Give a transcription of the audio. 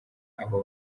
abo